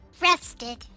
Rested